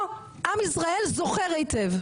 לא, עם ישראל זוכר הייטב.